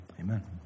amen